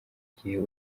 gihe